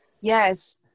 yes